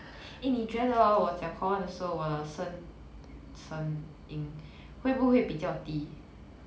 eh 你觉得 hor 我讲华文的时候我的声声音会不会比较低